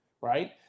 Right